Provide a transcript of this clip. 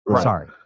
Sorry